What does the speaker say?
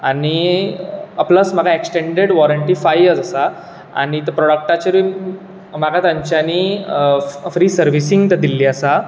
आनी प्लस म्हाका extended warranty five years आसा आनी प्रोडक्टाचेरय म्हाका तांच्यानी फ्रि सर्विसिंग दिल्ली आसा